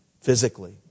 physically